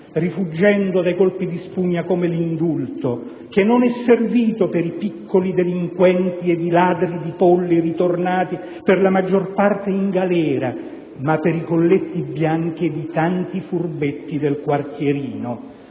rifuggendo dai colpi di spugna come l'indulto, che non è servito per i piccoli delinquenti ed i ladri di polli ritornati per la maggior parte in galera, ma per i colletti bianchi ed i tanti furbetti del quartierino.